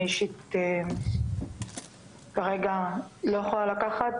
אני אישית לא יכולה לקחת.